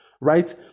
right